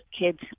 kids